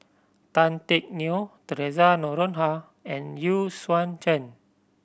Tan Teck Neo Theresa Noronha and Zhen